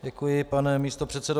Děkuji, pane místopředsedo.